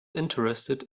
interested